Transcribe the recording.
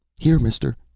here, mister.